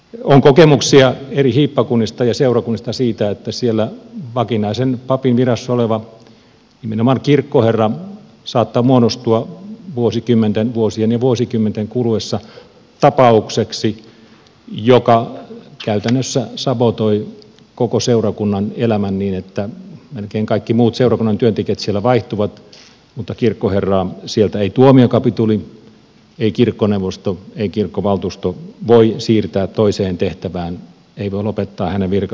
on kokemuksia eri hiippakunnista ja seurakunnista siitä että siellä vakinaisen papin virassa oleva nimenomaan kirkkoherra saattaa muodostua vuosien ja vuosikymmenten kuluessa tapaukseksi joka käytännössä sabotoi koko seurakunnan elämän niin että melkein kaikki muut seurakunnan työntekijät siellä vaihtuvat mutta kirkkoherraa sieltä ei tuomiokapituli ei kirkkoneuvosto ei kirkkovaltuusto voi siirtää toiseen tehtävään ei voi lopettaa hänen virkasuhdettaan